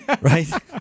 right